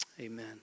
amen